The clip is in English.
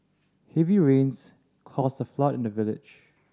heavy rains caused a flood in the village